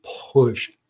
push